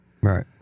Right